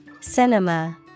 Cinema